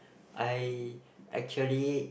I actually